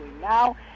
now